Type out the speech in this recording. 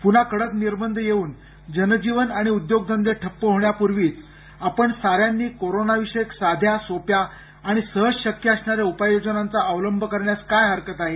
पुन्हा कडक निर्बंध येऊन जनजीवन आणि उद्योगधंदे ठप्प होण्यापूर्वीच आपण साऱ्यांनी कोरोनाविषयक साध्या सोप्या आणि सहज शक्य असणाऱ्या उपाययोजनांचा अवलंब करण्यास काय हरकत आहे